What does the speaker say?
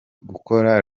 gukora